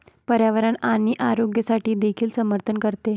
पर्यावरण आणि आरोग्यासाठी देखील समर्थन करते